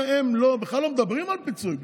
בכלל לא מדברים על פיצוי בשבילם.